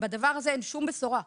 בדבר הזה אין שום בשורה.